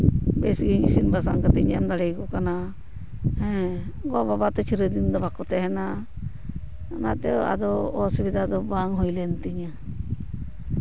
ᱵᱮᱥᱜᱮ ᱤᱥᱤᱱ ᱵᱟᱥᱟᱝ ᱠᱟᱛᱮᱧ ᱮᱢ ᱫᱟᱲᱮᱣ ᱠᱚ ᱠᱟᱱᱟ ᱦᱮᱸ ᱜᱚᱼᱵᱟᱵᱟ ᱛᱚ ᱪᱤᱨᱚ ᱫᱤᱱ ᱛᱚ ᱵᱟᱠᱚ ᱛᱟᱦᱮᱱᱟ ᱚᱱᱟᱛᱮ ᱟᱫᱚ ᱚᱥᱩᱵᱤᱫᱷᱟ ᱫᱚ ᱵᱟᱝ ᱦᱩᱭ ᱞᱮᱱ ᱛᱤᱧᱟᱹ